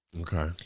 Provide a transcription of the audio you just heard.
Okay